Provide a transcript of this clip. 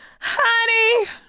honey